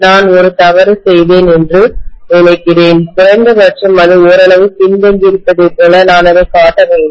நான் ஒரு தவறு செய்தேன் என்று நினைக்கிறேன் குறைந்தபட்சம் அது ஓரளவு பின்தங்கியிருப்பதைப் போல நான் அதைக் காட்ட வேண்டும்